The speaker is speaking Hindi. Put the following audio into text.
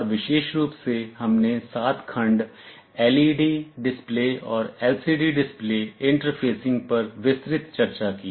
और विशेष रूप से हमने 7 खंड एलईडी डिस्प्ले और एलसीडी डिस्प्ले इंटरफेसिंग पर विस्तृत चर्चा की